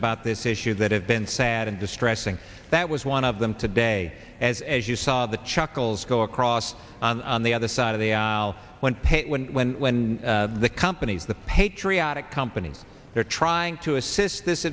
about this issue that have been sad and distressing that was one of them today as as you saw the chuckles go across on the other side of the aisle when when when the company the patriotic company they're trying to assist this